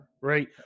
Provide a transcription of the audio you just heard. right